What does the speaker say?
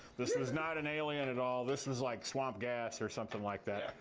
this was not an alien at all. this was like swamp gas or something like that.